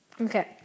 Okay